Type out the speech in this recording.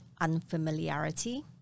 unfamiliarity